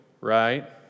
right